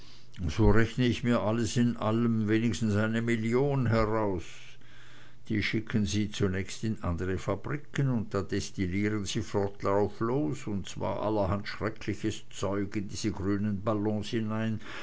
so rechne ich mir alles in allem wenigstens eine million heraus die schicken sie zunächst in andre fabriken und da destillieren sie flott drauflos und zwar allerhand schreckliches zeug in diese grünen ballons hinein